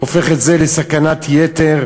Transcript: הופך את זה לסכנת יתר.